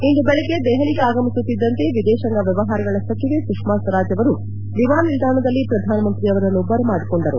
ಇಂದು ಬೆಳಗ್ಗೆ ದೆಹಲಿಗೆ ಆಗಮಿಸುತ್ತಿದ್ದಂತೆ ವಿದೇಶಾಂಗ ವ್ಯವಹಾರಗಳ ಸಟಿವೆ ಸುಷ್ಮಾ ಸ್ವರಾಜ್ ಅವರು ವಿಮಾನ ನಿಲ್ದಾಣದಲ್ಲಿ ಪ್ರಧಾನಮಂತ್ರಿ ಅವರನ್ನು ಬರಮಾಡಿಕೊಂಡರು